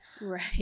right